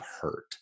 hurt